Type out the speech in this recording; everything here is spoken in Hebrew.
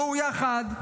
בואו יחד,